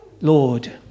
Lord